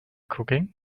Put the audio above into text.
cooking